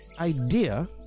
idea